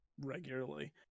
regularly